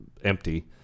empty